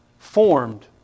formed